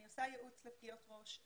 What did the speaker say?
אני עושה ייעוץ לפגיעות ראש.